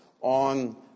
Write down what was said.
on